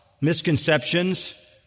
misconceptions